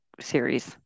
series